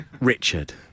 Richard